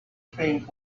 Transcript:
think